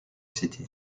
city